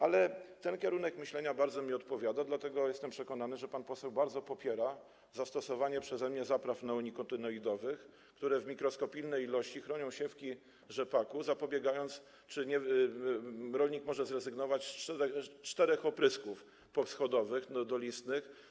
Ale ten kierunek myślenia bardzo mi odpowiada, dlatego jestem przekonany, że pan poseł bardzo popiera zastosowanie przeze mnie zapraw neonikotynonidowych, które w mikroskopijnej ilości chronią siewki rzepaku, tak że rolnik może zrezygnować z czterech oprysków powschodowych, dolistnych.